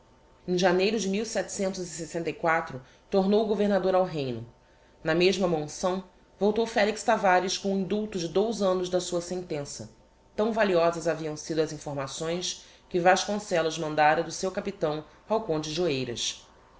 em janeiro de tornou o governador ao reino na mesma monção voltou felix tavares com o indulto de dous annos da sua sentença tão valiosas haviam sido as informações que vasconcellos mandára do seu capitão ao conde de oeiras